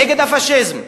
נגד הפאשיזם?